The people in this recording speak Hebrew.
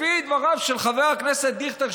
לפי דבריו של חבר הכנסת דיכטר,